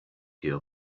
your